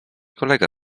kolega